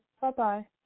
Bye-bye